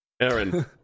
Aaron